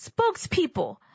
spokespeople